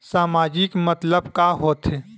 सामाजिक मतलब का होथे?